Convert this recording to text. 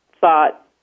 thought